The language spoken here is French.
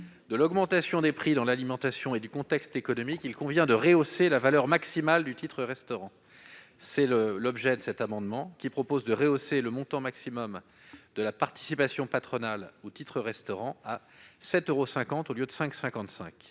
de l'augmentation des prix dans l'alimentation et du contexte économique, il convient de rehausser la valeur maximale du titre-restaurant. Le présent amendement a ainsi pour objet de rehausser le montant maximum de la participation patronale aux titres-restaurants à 7,50 euros, au lieu de 5,55 euros.